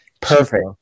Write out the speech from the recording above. Perfect